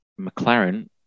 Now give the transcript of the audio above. McLaren